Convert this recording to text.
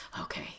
okay